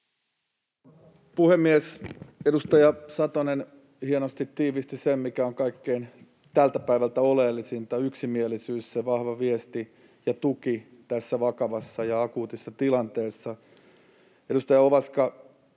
puhemies! Edustaja Satonen hienosti tiivisti sen, mikä on tältä päivältä kaikkein oleellisinta: yksimielisyys, se vahva viesti ja tuki tässä vakavassa ja akuutissa tilanteessa. Edustaja Ovaska,